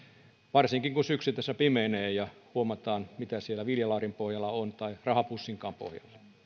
varsinkin kun syksy tässä pimenee ja huomataan mitä siellä viljalaarin pohjalla on tai rahapussin pohjalla